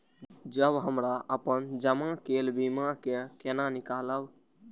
जब हमरा अपन जमा केल बीमा के केना निकालब?